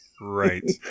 Right